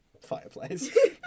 fireplace